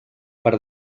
per